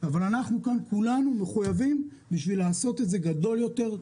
אבל אנחנו כאן כולנו מחויבים בשביל לעשות את זה גדול יותר,